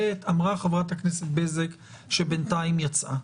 ב', אמרה חברת הכנסת בזק, שבינתיים יצאה,